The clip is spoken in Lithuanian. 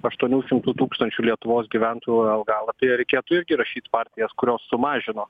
aštuonių šimtų tūkstančių lietuvos gyventojų algalapyje reikėtų irgi rašyt partijas kurios sumažino